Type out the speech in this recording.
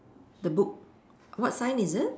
the book what sign is it